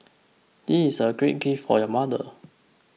this is a great gift for your mother